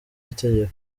itegeko